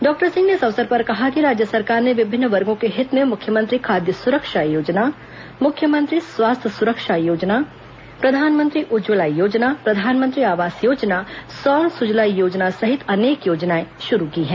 doctor Singh ने इस अवसर पर कहा कि राज्य सरकार ने विभिन्न वर्गो के हित में मुख्यमंत्री खाद्य सुरक्षा योजना मुख्यमंत्री स्वास्थ्य सुरक्षा योजना प्रधानमंत्री उज्ज्वला योजना प्रधानमंत्री आवास योजना सौर सुजला योजना सहित अनेक योजनाएं शुरू की हैं